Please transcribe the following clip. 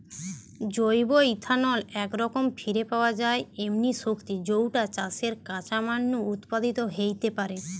জৈব ইথানল একরকম ফিরে পাওয়া যায় এমনি শক্তি যৌটা চাষের কাঁচামাল নু উৎপাদিত হেইতে পারে